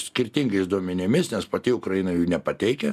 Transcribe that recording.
skirtingais duomenimis nes pati ukraina jų nepateikia